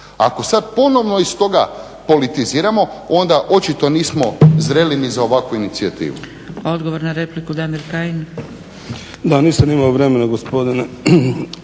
Ako sada ponovno iz toga politiziramo onda očito nismo zreli ni za ovakvu inicijativu.